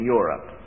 Europe